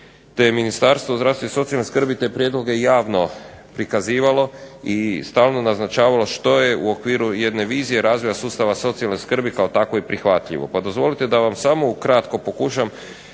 te je Ministarstvo zdravstva i socijalne skrbi te prijedloge javno prikazivalo i stalno naznačavalo što je u okviru jedne vizije razvoja sustava socijalne skrbi kao takvo i prihvatljivo. Te samo dopustiti da vam ukratko pokušam